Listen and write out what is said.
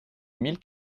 mille